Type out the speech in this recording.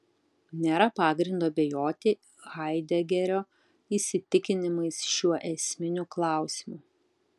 nėra pagrindo abejoti haidegerio įsitikinimais šiuo esminiu klausimu